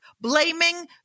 blaming